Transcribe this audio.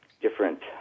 different